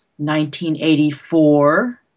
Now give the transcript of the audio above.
1984